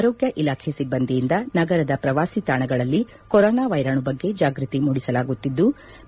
ಆರೋಗ್ಯ ಇಲಾಖೆ ಸಿಭ್ಗಂದಿಯಿಂದ ನಗರದ ಪ್ರವಾಸಿ ತಾಣಗಳಲ್ಲಿ ಕೊರೊನಾ ವೈರಾಣು ಬಗ್ಗೆ ಜಾಗೃತಿ ಮೂಡಿಸಲಾಗುತ್ತಿದ್ಲು